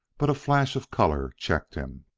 but a flash of color checked him.